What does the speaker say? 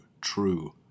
true